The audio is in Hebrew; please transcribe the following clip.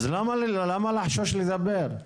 אז למה לחשוש לדבר?